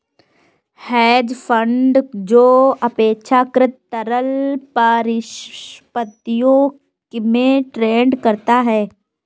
hedge fund जो अपेक्षाकृत तरल परिसंपत्तियों में ट्रेड करता है